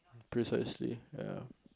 precisely ya